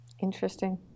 Interesting